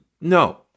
No